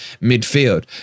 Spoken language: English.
midfield